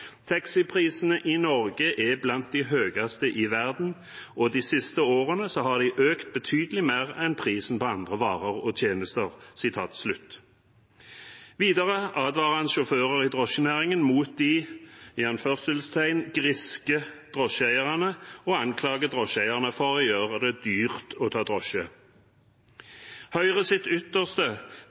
«Taxiprisene i Norge er blant de aller høyeste i verden, og de siste årene har de økt betydelig mer enn prisen på andre varer og tjenester.» Videre advarer han sjåfører i drosjenæringen mot de griske drosjeeierne og anklager drosjeeierne for å gjøre det dyrt å ta drosje. Høyre gjør sitt ytterste